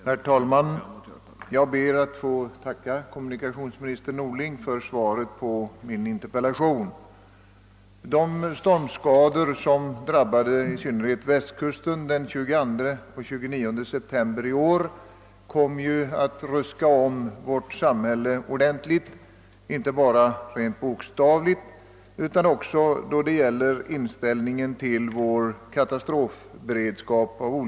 Herr talman! Jag ber att få tacka kommunikationsminister Norling för svaret på min interpellation. De stormskador som drabbade i synnerhet Västkusten den 22 och 29 september i år kom att ruska om vårt samhälle ordentligt, inte bara rent bokstavligt utan också då det gäller inställningen till vår katastrofberedskap.